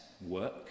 work